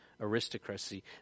aristocracy